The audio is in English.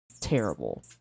terrible